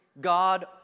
God